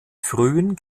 frühen